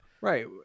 right